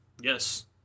Yes